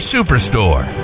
Superstore